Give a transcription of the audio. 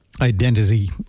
identity